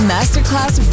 Masterclass